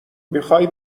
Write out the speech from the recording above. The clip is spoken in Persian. میخای